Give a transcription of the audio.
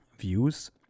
views